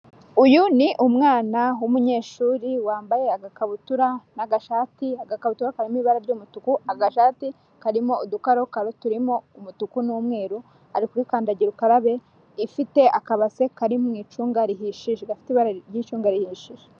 Uyu ni umwana w'umunyeshuri wambaye agakabutura n'agashati, agakabutura karimo ibara ry'umutuku, agashati karimo udukararokaro turimo umutuku n'umweru, ari kuri kandagira ukarabe ifite akabase kari mu icunga rihishije, gafite ibara ry'icunga rihishije.